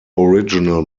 original